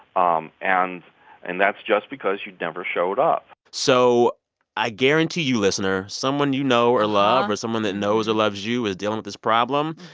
um and and that's just because you never showed up so i guarantee you, listener, someone you know or love or someone that knows or loves you who's dealing with this problem,